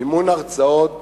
מימון הרצאות